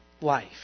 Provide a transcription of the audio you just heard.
life